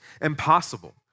impossible